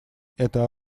это